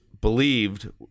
believed